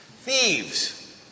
thieves